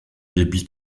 débit